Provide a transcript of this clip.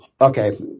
okay